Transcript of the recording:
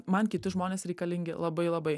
man kiti žmonės reikalingi labai labai